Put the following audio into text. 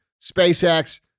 SpaceX